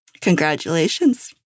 Congratulations